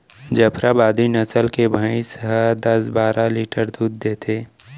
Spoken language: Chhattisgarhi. जफराबादी नसल के भईंस ह दस बारा लीटर दूद देथे